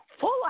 full